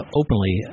openly